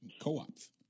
co-ops